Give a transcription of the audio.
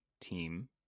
team